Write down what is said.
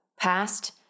past